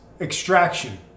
Extraction